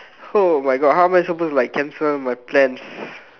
oh my god how am I supposed to like cancel my plans